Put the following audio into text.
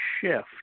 shift